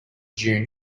dune